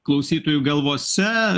klausytojų galvose